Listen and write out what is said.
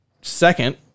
Second